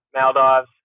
Maldives